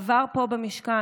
עבר פה במשכן